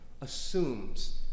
assumes